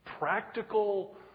practical